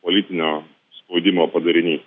politinio spaudimo padarinys